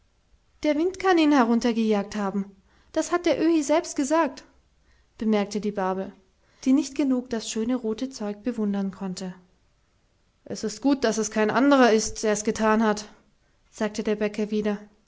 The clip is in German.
der wind kann ihn heruntergejagt haben das hat der öhi selbst gesagt bemerkte die barbel die nicht genug das schöne rote zeug bewundern konnte es ist gut daß es kein anderer ist der's getan hat sagte der bäcker wieder